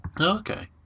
Okay